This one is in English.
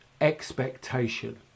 expectation